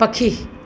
पखी